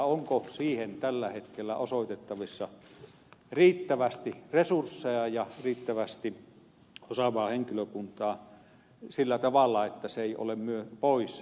onko siihen tällä hetkellä osoitettavissa riittävästi resursseja ja riittävästi osaavaa henkilökuntaa sillä tavalla että se ei ole pois varsinaisesta poliisin toiminnasta